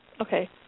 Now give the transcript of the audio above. Okay